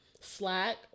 slack